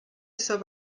sav